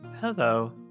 Hello